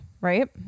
right